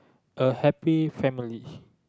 a happy family